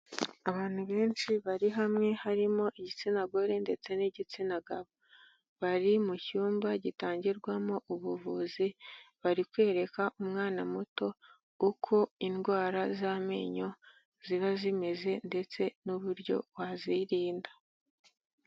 Abantu benshi bari hamwe harimo igitsina gore ndetse n'igitsina gabo. Bari mu cyumba gitangirwamo ubuvuzi, bari kwereka umwana muto uko indwara z'amenyo ziba zimeze ndetse n'uburyo wazirinda.